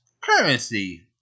currency